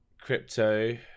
crypto